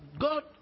God